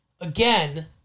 again